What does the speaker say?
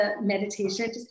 meditation